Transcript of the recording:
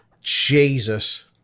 Jesus